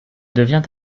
devient